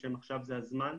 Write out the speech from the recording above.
בשם 'עכשיו זה הזמן'.